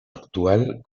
actual